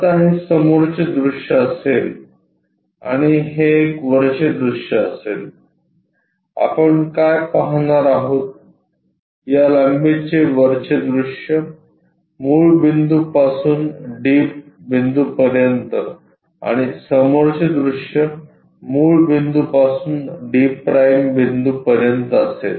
आता हे समोरचे दृश्य असेल आणि हे एक वरचे दृश्य असेल आपण काय पाहणार आहोत या लांबीचे वरचे दृश्य मूळ बिंदूपासून d बिंदूपर्यंत आणि समोरचे दृश्य मूळ बिंदूपासून d' बिंदूपर्यंत असेल